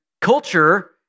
culture